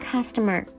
Customer